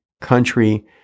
country